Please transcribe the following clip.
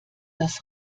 das